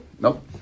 Nope